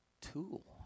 tool